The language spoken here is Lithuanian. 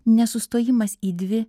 nesustojimas į dvi